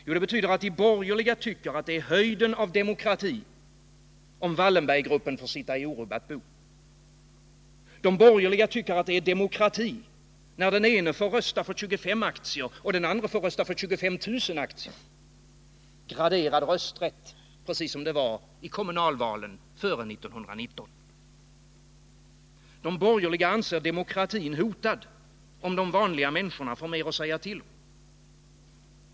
Jo, det betyder att de borgerliga tycker att det är höjden av demokrati om Wallenberggruppen får sitta i orubbat bo. De borgerliga tycker det är demokrati när den ene får rösta för 25 aktier och den andre för 25 000 aktier. Graderad rösträtt precis som det vari kommunalvalen före 1919! De borgerliga anser demokratin hotad om de vanliga människorna får mer att säga till om.